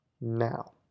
now